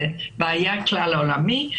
מדובר בבעיה כלל-עולמית.